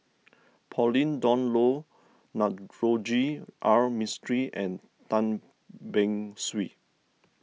Pauline Dawn Loh Navroji R Mistri and Tan Beng Swee